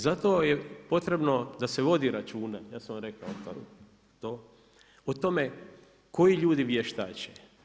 Zato je potrebno da se vodi računa, ja sam vam rekao to, o tome, koji ljudi vještače.